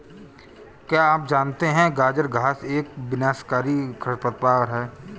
क्या आप जानते है गाजर घास एक विनाशकारी खरपतवार है?